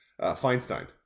Feinstein